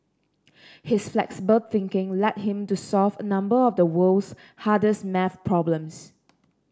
his flexible thinking led him to solve a number of the world's hardest maths problems